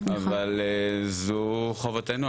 אבל זו חובתנו,